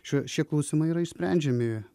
šie šie klausimai yra išsprendžiami